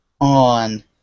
on